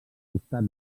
costat